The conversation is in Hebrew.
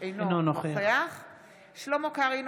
אינו נוכח שלמה קרעי,